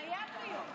חייב להיות.